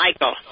Michael